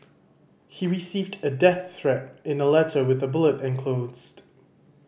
he received a death threat in a letter with a bullet enclosed